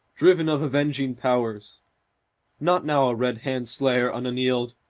driven of avenging powers not now a red-hand slayer unannealed,